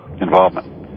involvement